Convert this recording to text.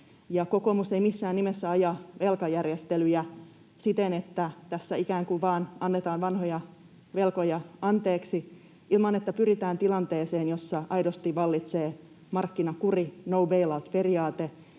kokoomus ei missään nimessä aja velkajärjestelyjä siten, että tässä ikään kuin vain annetaan vanhoja velkoja anteeksi ilman, että pyritään tilanteeseen, jossa aidosti vallitsee markkinakuri ja no bail-out ‑periaate